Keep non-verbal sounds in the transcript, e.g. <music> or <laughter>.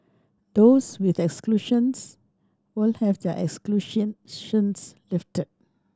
those with exclusions will have their <unintelligible> lifted